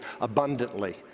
abundantly